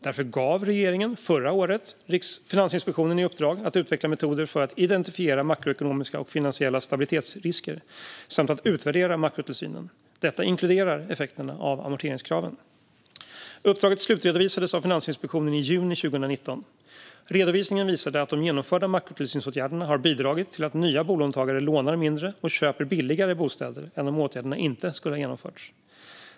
Därför gav regeringen förra året Finansinspektionen i uppdrag att utveckla metoder för att identifiera makroekonomiska och finansiella stabilitetsrisker samt att utvärdera makrotillsynen. Detta inkluderar effekterna av amorteringskraven. Uppdraget slutredovisades av Finansinspektionen i juni 2019. Redovisningen visade att de genomförda makrotillsynsåtgärderna har bidragit till att nya bolånetagare lånar mindre och köper billigare bostäder än om åtgärderna inte skulle ha genomförts.